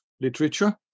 literature